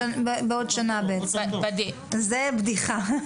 בעצם, זה בדיחה.